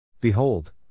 Behold